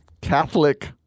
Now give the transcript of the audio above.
Catholic